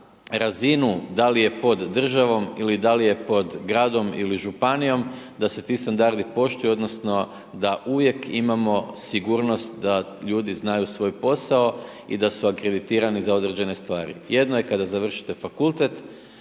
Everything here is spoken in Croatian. razinu da li je pod državom ili da je pod gradom ili županijom, da se ti standardi poštuju odnosno da uvijek imamo sigurnost da ljudi znaju svoj posao i da su akreditirani za određene stvari. Jedno je kada završite fakultet